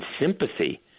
sympathy